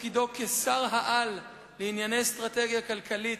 בתפקידו כשר-על לענייני אסטרטגיה כלכלית,